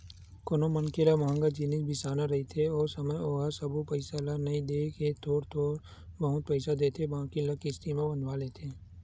कोनो मनखे ल मंहगा जिनिस बिसाना रहिथे ओ समे ओहा सबो पइसा नइ देय के थोर बहुत पइसा देथे बाकी ल किस्ती म बंधवा देथे